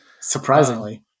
Surprisingly